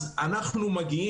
אנחנו מעל 800 חברים.